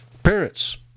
Parents